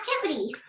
Activity